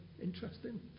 interesting